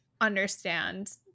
understand